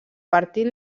partit